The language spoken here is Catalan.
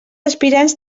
aspirants